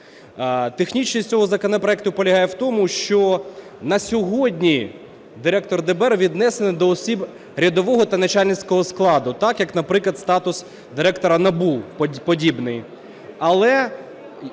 Технічність цього законопроекту полягає в тому, що на сьогодні Директор ДБР віднесений до осіб рядового та начальницького складу, так як, наприклад, статус директора НАБУ, подібний.